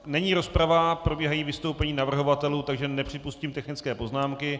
Není rozprava, probíhají vystoupení navrhovatelů, takže nepřipustím technické poznámky.